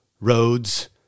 roads